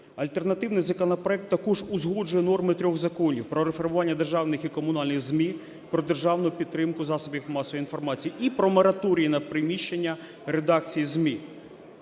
Альтернативний законопроект також узгоджує норми трьох законів: про реформування державних і комунальних ЗМІ, про державну підтримку засобів масової інформації і про мораторій на приміщення редакцій ЗМІ.